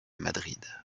madrid